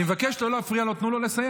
אני מבקש לא להפריע לו, תנו לו לסיים.